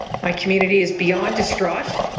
my community is beyond distraught.